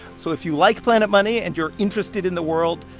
so if you like planet money and you're interested in the world,